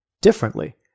differently